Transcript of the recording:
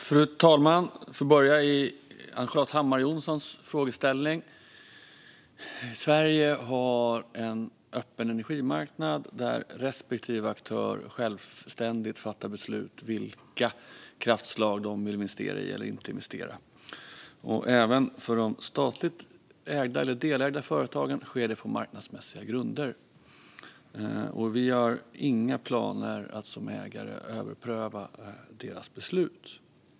Fru talman! Låt mig börja med Ann-Charlotte Hammar Johnsson frågeställning. Sverige har en öppen energimarknad där respektive aktör självständigt fattar beslut om vilka kraftslag de vill investera i eller inte. Även för de statligt ägda eller delägda företagen sker det på marknadsmässiga grunder. Vi har inga planer att som ägare överpröva deras beslut.